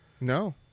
no